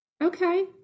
okay